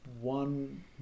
one